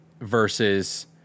Versus –